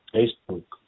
Facebook